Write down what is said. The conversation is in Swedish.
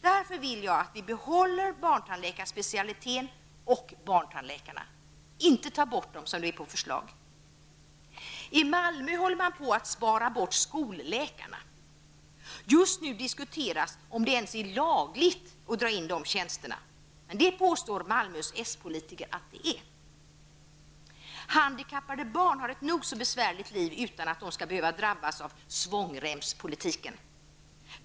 Därför vill jag att vi skall behålla barntandläkarspecialiteten och barntandläkarna. Man bör inte ta bort dem, såsom är föreslaget. I Malmö håller man på att spara in skolläkarna. Just nu diskuteras om det ens är lagligt att dra in de tjänsterna. Det påstår dock Malmös s-politiker att det är. Handikappade barn har ett nog så besvärligt liv utan att de skall behöva drabbas av svångremspolitiken.